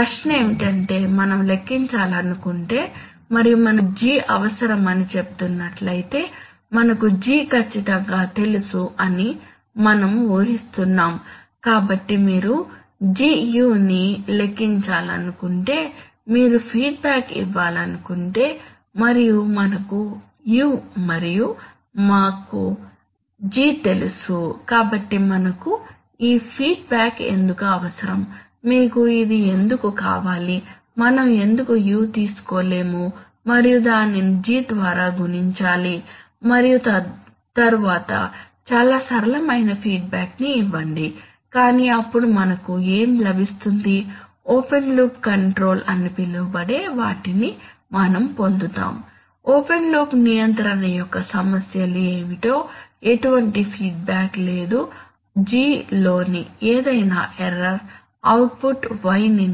ప్రశ్న ఏమిటంటే మనం లెక్కించాలనుకుంటే మరియు మనకు G అవసరమని చెప్తున్నట్లయితే మనకు G ఖచ్చితంగా తెలుసు అని మనం ఊహిస్తున్నాము కాబట్టి మీరు Gu ను లెక్కించాలనుకుంటే మరియు ఫీడ్బ్యాక్ ఇవ్వాలనుకుంటే మరియు మనకు u మరియు మాకు G తెలుసు కాబట్టి మనకు ఈ ఫీడ్బ్యాక్ ఎందుకు అవసరం మీకు ఇది ఎందుకు కావాలి మనం ఎందుకు U తీసుకోలేము మరియు దానిని G ద్వారా గుణించాలి మరియు తరువాత చాలా సరళమైన ఫీడ్బ్యాక్ ని ఇవ్వండి కాని అప్పుడు మనకు ఏమి లభిస్తుంది ఓపెన్ లూప్ కంట్రోల్ అని పిలవబడే వాటిని మనం పొందుతాము ఓపెన్ లూప్ నియంత్రణ యొక్క సమస్యలు ఏమిటో ఎటువంటి ఫీడ్బ్యాక్ లేదు G లోని ఏదైనా ఎర్రర్ అవుట్పుట్ y ని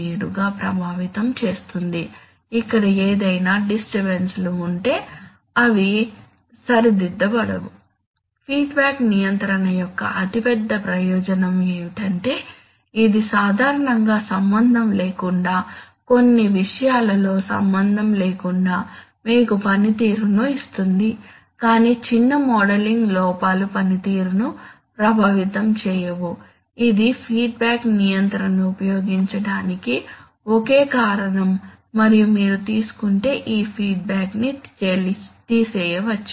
నేరుగా ప్రభావితం చేస్తుంది ఇక్కడ ఏదైనా డిస్టర్బన్స్ లుఉంటే అవి సరిదిద్దబడదు ఫీడ్బ్యాక్ నియంత్రణ యొక్క అతిపెద్ద ప్రయోజనం ఏమిటంటే ఇది సాధారణంగా సంబంధం లేకుండా కొన్ని విషయాలతో సంబంధం లేకుండా మీకు పనితీరును ఇస్తుంది కాని చిన్న మోడలింగ్ లోపాలు పనితీరును ప్రభావితం చేయవు ఇది ఫీడ్బ్యాక్ నియంత్రణను ఉపయోగించటానికి ఒకే కారణం మరియు మీరు తీసుకుంటే ఈ ఫీడ్బ్యాక్ ని తీసేయవచ్చు